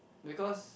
because